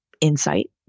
insight